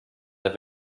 der